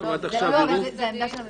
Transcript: זאת העמדה של הממשלה.